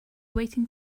waiting